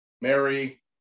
Mary